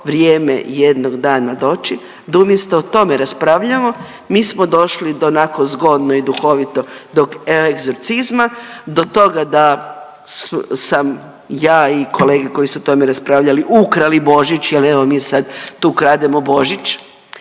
vrijeme jednog dana doći, da umjesto o tome raspravljamo, mi smo došli do onako zgodno i duhovito, do egzorcizma, do toga da sam ja i kolege koji su o tome raspravljali, ukrali Božić jer evo, mi sad tu krademo Božić